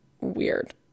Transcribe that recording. weird